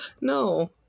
No